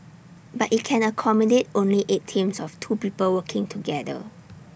but IT can accommodate only eight teams of two people working together